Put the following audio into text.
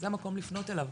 זה המקום לפנות אליו.